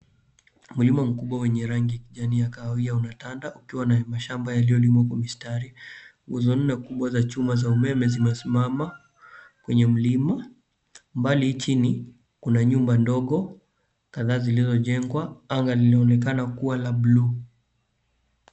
Mlima mkubwa wenye rangi ya kijani ya kahawia unatanda, ukiwa na mashamba yaliolimwa mistari. Nguzo nne kubwa za chuma za umeme zimesimama kwenye mlima, mbali chini, kuna nyumba ndogo, kadhaa zilizojengwa, anga linaonekana kuwa la blue .